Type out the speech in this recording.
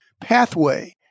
pathway